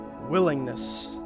willingness